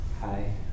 Hi